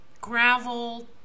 gravel